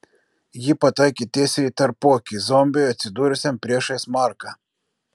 ji pataikė tiesiai į tarpuakį zombiui atsidūrusiam priešais marką